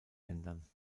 ändern